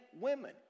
women